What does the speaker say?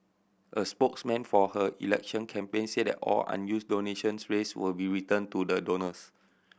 a spokesman for her election campaign said that all unused donations raised will be returned to the donors